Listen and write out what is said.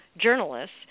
journalists